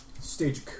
stage